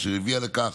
אשר הביאה לכך